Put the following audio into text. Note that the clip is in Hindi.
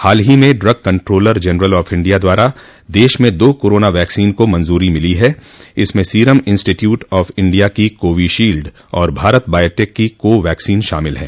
हाल ही में drug controller general of India द्वारा देश में दो कोरोना वैक्सिन को मंजूरी मिली है इनमें सीरम इंस्टीट्यूट ऑफ इंडिया की कोविशील्ड और भारत बायोटेक की कोवैक्सिन शामिल है